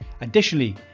Additionally